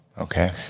okay